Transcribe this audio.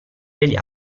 degli